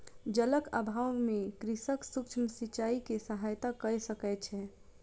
जलक अभाव में कृषक सूक्ष्म सिचाई के सहायता लय सकै छै